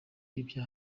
ibya